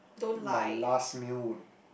my last meal would